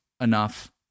enough